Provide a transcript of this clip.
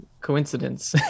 coincidence